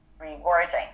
rewarding